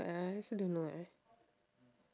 what ah I also don't know eh